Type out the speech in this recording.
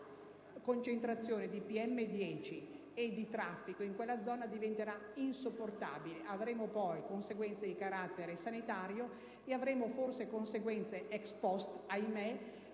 la concentrazione di PM 10 e di traffico in quella zona diventerà insopportabile. Avremo poi conseguenze di carattere sanitario e forse conseguenze *ex post* - ahimè